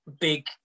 big